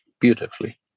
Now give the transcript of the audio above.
beautifully